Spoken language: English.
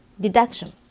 Deduction